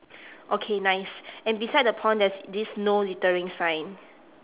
okay nice and beside the pond there's this no littering sign